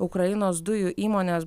ukrainos dujų įmonės